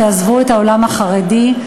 שעזבו את העולם החרדי,